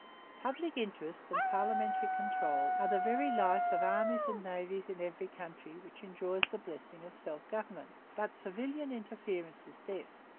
public interest and parliamentary control are the very life of armies and navies in every country which enjoys the blessings of self-government. but civilian interference is death.